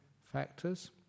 factors